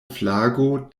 flago